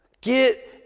Get